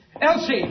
Elsie